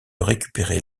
récupérer